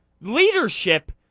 Leadership